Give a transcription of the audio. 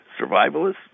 Survivalists